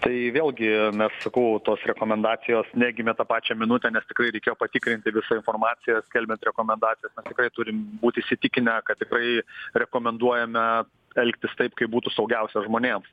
tai vėlgi mes sakau tos rekomendacijos negimė tą pačią minutę nestikrai reikėjo patikrinti visą informaciją skelbiant rekomendacijas mes tikrai turim būt įsitikinę kad tikrai rekomenduojame elgtis taip kaip būtų saugiausia žmonėm